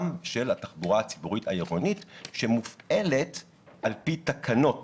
של התחבורה הציבורית העירונית שמופעלת על פי תקנות